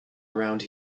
around